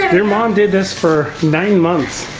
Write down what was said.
your mom did this for nine months.